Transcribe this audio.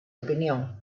opinión